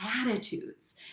attitudes